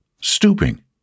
Stooping